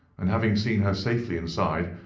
and having seen her safely inside,